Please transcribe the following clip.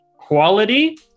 Quality